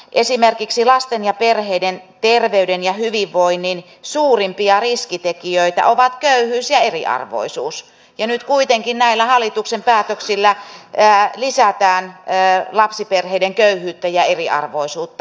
esimerkiksi lasten ja perheiden terveyden ja hyvinvoinnin suurimpia riskitekijöitä ovat köyhyys ja eriarvoisuus ja nyt kuitenkin näillä hallituksen päätöksillä lisätään lapsiperheiden köyhyyttä ja eriarvoisuutta